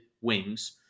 wings